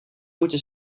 moeten